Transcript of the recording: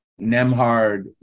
Nemhard